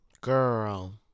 Girl